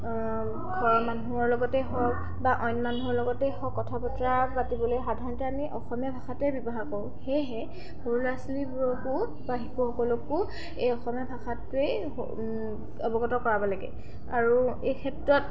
ঘৰৰ মানুহৰ লগতেই হওক বা অইন মানুহৰ লগতেই হওক কথা বতৰা পাতিবলৈ সাধাৰণতে আমি অসমীয়া ভাষাটোৱেই ব্যৱহাৰ কৰোঁ সেয়েহে সৰু ল'ৰা ছোৱালীবোৰকো বা শিশুসকলকো এই অসমীয়া ভাষাটোৱেই অৱগত কৰাব লাগে আৰু এই ক্ষেত্ৰত